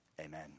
Amen